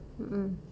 mm mm